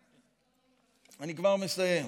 אני כבר מסיים.